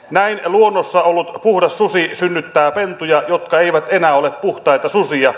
näin luonnossa ollut puhdas susi synnyttää pentuja jotka eivät enää ole puhtaita susia